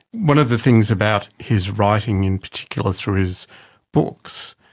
one of the things about his writing, in particular through his books,